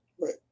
Right